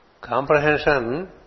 comprehension